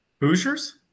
Hoosiers